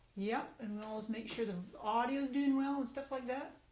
yep, and we always make sure the audio's doing well and stuff like that.